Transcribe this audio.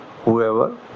whoever